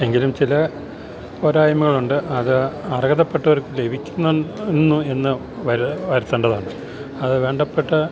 എങ്കിലും ചില പോരായ്മകളുണ്ട് അത് അർഹതപ്പെട്ടവർക്കു ലഭിക്കുന്നു എന്നു വരുത്തേണ്ടതാണ് അതു വേണ്ടപ്പെട്ട